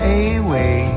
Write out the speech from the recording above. away